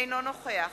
אינו נוכח